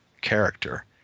character